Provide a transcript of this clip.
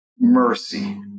mercy